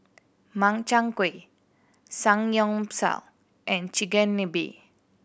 Makchang Gui Samgyeopsal and Chigenabe